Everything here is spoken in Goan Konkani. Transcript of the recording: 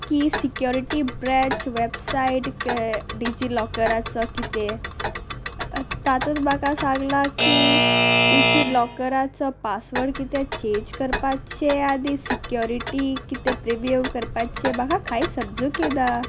की सिक्युरिटी ब्रॅच वेबसायट डिजिलॉकराचो कितें तातूंत म्हाका सांगलां की डिजिलॉकराचो पासवर्ड कितें चेंज करपाचें आदी सिक्युरिटी कितें प्रिव्यव करपाचें म्हाका कांय समजूंक येना